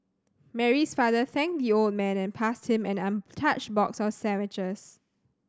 Mary's father thanked the old man and passed him an untouched box of sandwiches